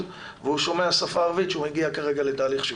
והוא שומע את השפה הערבית כשהוא מגיע כרגע לתהליך שיקום.